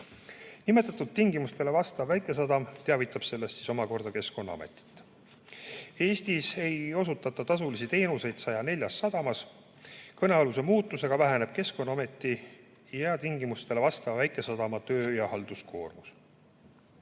Nimetatud tingimustele vastav väikesadam teavitab sellest omakorda Keskkonnaametit. Eestis ei osutata tasulisi teenuseid 104 sadamas. Kõnealuse muutusega väheneb Keskkonnaameti ja tingimustele vastava väikesadama töö- ja halduskoormus.